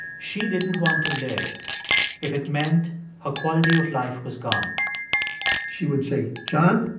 she didn't want to live if it meant her quality of life was gone she would say, john,